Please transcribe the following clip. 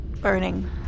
burning